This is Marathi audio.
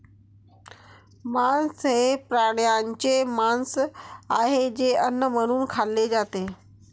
मांस हे प्राण्यांचे मांस आहे जे अन्न म्हणून खाल्ले जाते